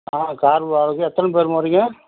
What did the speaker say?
ஆ car வாடகை எத்தனை பேர்ம்மா வரிங்க